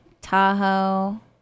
Tahoe